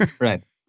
Right